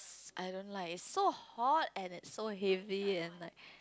I don't like so hot and it's so heavy and like